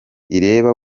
ireba